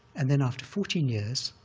and then, after fourteen years,